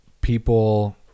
people